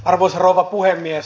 arvoisa rouva puhemies